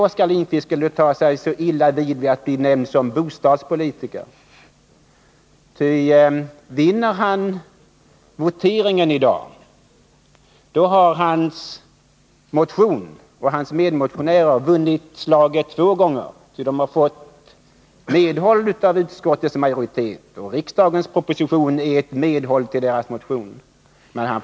Oskar Lindkvist skall inte ta så illa vid sig av att bli omnämnd som bostadspolitiker. Vinner han voteringen i dag, har han och hans medmotionärer vunnit slaget två gånger. De har ju fått medhåll av utskottets majoritet, och även regeringens proposition utgör ett tillmötesgående av deras motionskrav.